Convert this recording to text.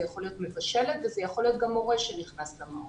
זאת יכולה להיות מבשלת וזה יכול להיות גם הורה שנכנס למעון.